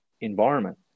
environment